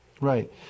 right